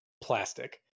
plastic